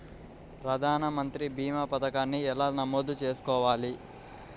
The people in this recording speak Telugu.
ప్రధాన మంత్రి భీమా పతకాన్ని ఎలా నమోదు చేసుకోవాలి?